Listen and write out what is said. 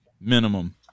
minimum